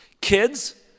Kids